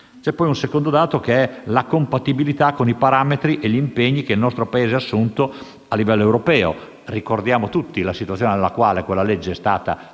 C'è poi il secondo dato, relativo alla compatibilità con i parametri e gli impegni che il nostro Paese ha assunto a livello europeo. Ricordiamo tutti la situazione nella quale tale normativa è stata approvata